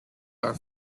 are